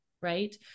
right